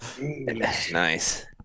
Nice